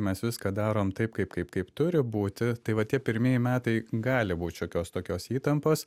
mes viską darom taip kaip kaip kaip turi būti tai va tie pirmieji metai gali būt šiokios tokios įtampos